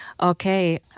Okay